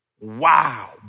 Wow